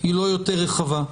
היא לא יותר רחבה.